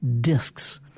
discs